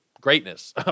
greatness